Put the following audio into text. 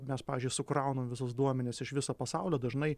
mes pavyzdžiui sukraunam visus duomenis iš viso pasaulio dažnai